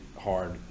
hard